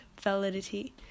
validity